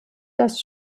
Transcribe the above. das